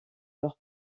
leur